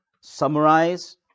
summarize